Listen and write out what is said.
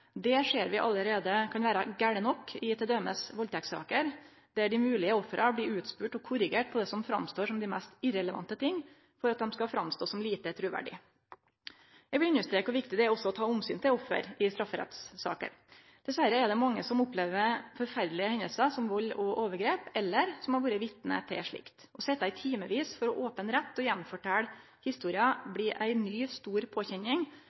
Det ser vi allereie kan vere gale nok i til dømes valdtektssaker, der dei moglege ofra blir utspurte og korrigerte på det som framstår som heilt irrelevant, for at dei skal framstå som lite truverdige. Eg vil understreke kor viktig det også er å ta omsyn til offer i strafferettssaker. Dessverre er det mange som opplever forferdelege hendingar, som vald og overgrep, eller som har vore vitne til slikt. Det å sitje i timevis for open rett og gjenfortelje historia blir ei ny, stor påkjenning,